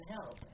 help